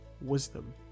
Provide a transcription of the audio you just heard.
Wisdom